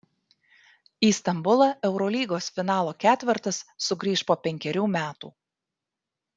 į stambulą eurolygos finalo ketvertas sugrįš po penkerių metų